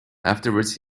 afterwards